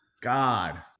God